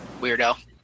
Weirdo